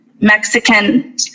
Mexican